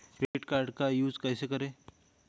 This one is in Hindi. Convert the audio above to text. क्रेडिट कार्ड का यूज कैसे करें?